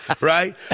right